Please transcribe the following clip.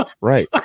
right